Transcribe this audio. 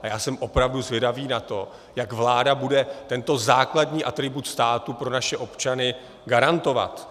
A já jsem opravdu zvědavý na to, jak vláda bude tento základní atribut státu pro naše občany garantovat.